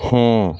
ᱦᱮᱸ